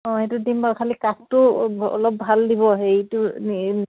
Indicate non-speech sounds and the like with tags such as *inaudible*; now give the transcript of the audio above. অঁ সেইটো দিম বাৰু খালি কাঠটো অলপ ভাল দিব হেৰিটো *unintelligible*